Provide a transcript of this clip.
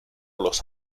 los